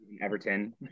Everton